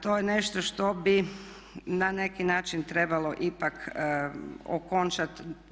To je nešto što bi na neki način trebalo ipak okončati.